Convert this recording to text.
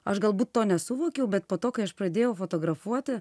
aš galbūt to nesuvokiau bet po to kai aš pradėjau fotografuoti